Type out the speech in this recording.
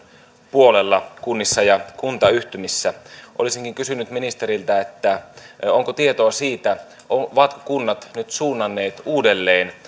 puolella kunnissa ja kuntayhtymissä olisinkin kysynyt ministeriltä onko tietoa siitä ovatko kunnat nyt suunnanneet uudelleen